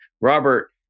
Robert